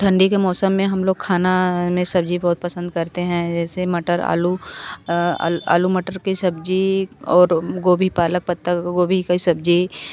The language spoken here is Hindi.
ठंडी के मौसम में हम लोग खाने में सब्ज़ी बहुत पसंद करते हैं ऐसे मटर आलू आलू मटर की सब्ज़ी और गोभी पालक पत्ता गोभी की सब्ज़ी